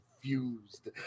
confused